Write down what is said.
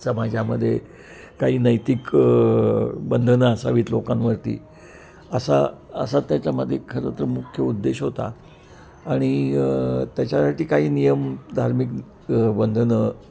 समाजामध्ये काही नैतिक बंधनं असावीत लोकांवरती असा असा त्याच्यामध्ये खरंं तर मुख्य उद्देश होता आणि त्याच्यासाठी काही नियम धार्मिक बंधनं